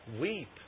weep